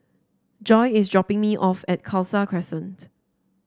Joye is dropping me off at Khalsa Crescent